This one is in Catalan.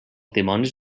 dimonis